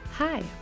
Hi